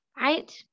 right